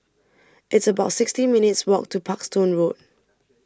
It's about sixty minutes' Walk to Parkstone Road